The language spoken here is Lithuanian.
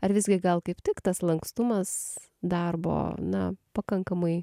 ar visgi gal kaip tik tas lankstumas darbo na pakankamai